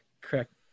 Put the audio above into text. Correct